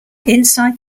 inside